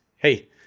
Hey